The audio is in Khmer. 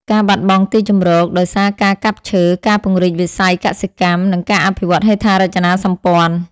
ការបាត់បង់ទីជម្រក ដោយសារការកាប់ឈើ ការពង្រីកវិស័យកសិកម្ម និងការអភិវឌ្ឍហេដ្ឋារចនាសម្ព័ន្ធ។